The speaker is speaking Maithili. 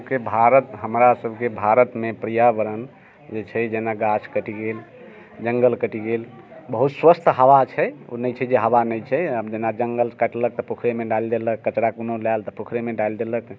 आइके भारत हमरा सबके भारतमे पर्यावरण जे छै जेना गाछ कटि गेल जङ्गल कटि गेल बहुत स्वस्थ हवा छै ओ नहि छै जे हवा नहि छै जेना जङ्गल कटलक तऽ पोखरिमे डालि देलक कचरा कोन लायल तऽ पोखरिमे डालि देलक